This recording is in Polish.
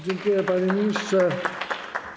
Dziękuję, panie ministrze.